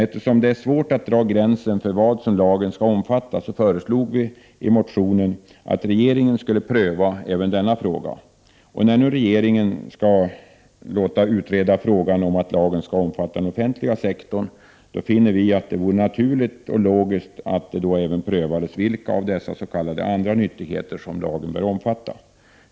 Eftersom det är svårt att dra gränsen för vad lagen bör omfatta, föreslog vi i motionen att regeringen skulle pröva även denna fråga. När nu regeringen skall låta utreda frågan om att lagen skall omfatta den offentliga sektorn, finner vi det naturligt och logiskt att det då även prövades vilka av dessa ”andra nyttigheter” som lagen bör omfatta.